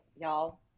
y'all